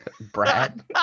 Brad